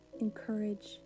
encourage